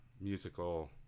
musical